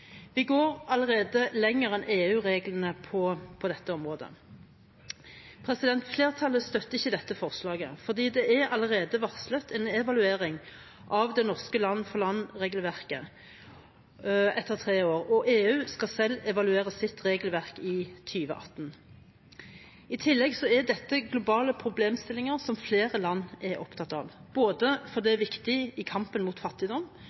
Vi går allerede lenger enn EU- reglene på dette området. Flertallet støtter ikke dette forslaget, fordi det allerede er varslet en evaluering av det norske land-for-land-regelverket etter tre år, og EU skal selv evaluere sitt regelverk i 2018. I tillegg er dette globale problemstillinger som flere land er opptatt av – fordi det er viktig i kampen mot fattigdom,